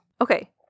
Okay